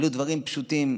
אלו דברים פשוטים.